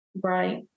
Right